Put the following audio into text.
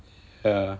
uh